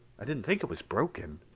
i didn't think it was broken.